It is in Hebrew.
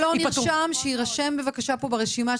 מי שלא נרשם, שיירשם בבקשה פה ברשימה.